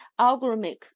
algorithmic